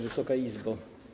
Wysoka Izbo!